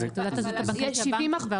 ותעודת הזהות הבנקאית היא של הבנקים,